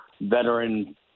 veteran